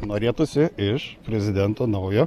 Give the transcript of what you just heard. norėtųsi iš prezidento naujo